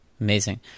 Amazing